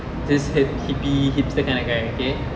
this head hippie hipster kind of guy okay